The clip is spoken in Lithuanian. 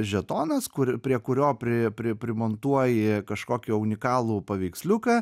žetonas kur prie kurio pri pri primontuoji kažkokio unikalų paveiksliuką